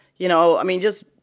you know, i mean, just